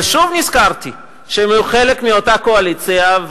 אבל שוב נזכרתי שהם היו חלק מאותה קואליציה,